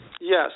Yes